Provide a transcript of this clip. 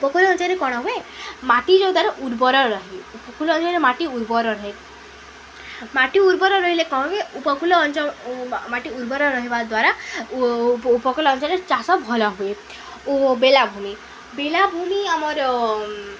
ଉପକୂଳ ଅଞ୍ଚଳରେ କ'ଣ ହୁଏ ମାଟି ଯେଉଁ ଦ୍ୱାରା ଉର୍ବର ରହେ ଉପକୂଳ ଅଞ୍ଚଳରେ ମାଟି ଉର୍ବର ରହେ ମାଟି ଉର୍ବର ରହିଲେ କ'ଣ ହୁଏ ଉପକୂଳ ମାଟି ଉର୍ବର ରହିବା ଦ୍ୱାରା ଉପକୂଳ ଅଞ୍ଚଳରେ ଚାଷ ଭଲ ହୁଏ ଓ ବେଳାଭୂମି ବେଳାଭୂମି ଆମର